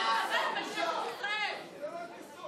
עודה יוצא מאולם המליאה.) חברי הכנסת, נא לשבת.